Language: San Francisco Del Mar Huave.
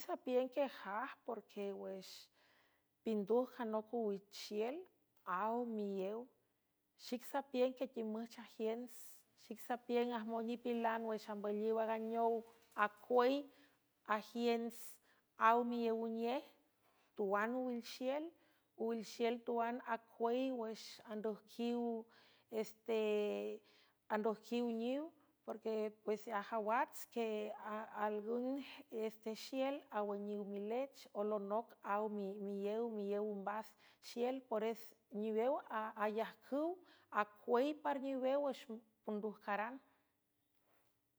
Ae sapiün que jaj porque wüx pindujcanoc owixhiel aw miíew xic sapiün que timüch ajiens xic sapiüng ajmonipilan wüx ambülliw a ganeow acuey agiens aw miiow uñiej tuan owilxiel uwilxiel tuan acuey wüx andojqiw niw porque pues ajawats que algun estexiel awüniw milech olonoc aw miíew miíew ombas xiel pores niwew ayajcüw acuey parniwew wüx pondujcaran.